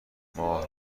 ماه